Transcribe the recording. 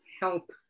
help